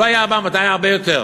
לא היה 400, היה הרבה יותר.